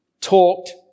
talked